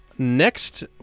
next